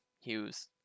Hughes